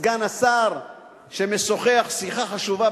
סגן השר שמשוחח שיחה חשובה,